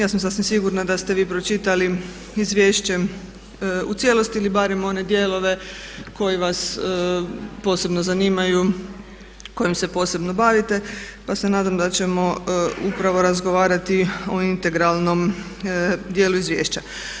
Ja sam sasvim sigurna da ste vi pročitali izvješće u cijelosti ili barem one dijelove koji vas posebno, zanimaju kojim se posebno bavite pa se nadam da ćemo upravo razgovarati o integralnom dijelu izvješća.